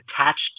attached